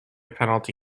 penalty